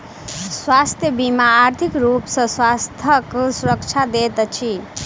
स्वास्थ्य बीमा आर्थिक रूप सॅ स्वास्थ्यक सुरक्षा दैत अछि